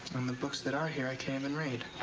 and the books that are here, i can't even read.